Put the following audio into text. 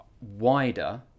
wider